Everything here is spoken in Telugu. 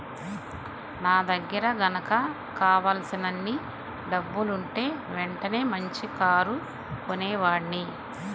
నా దగ్గర గనక కావలసినన్ని డబ్బులుంటే వెంటనే మంచి కారు కొనేవాడ్ని